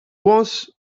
was